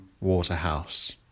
Waterhouse